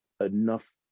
enough